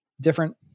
different